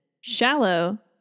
shallow